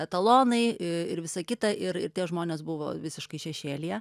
etalonai ir visa kita ir tie žmonės buvo visiškai šešėlyje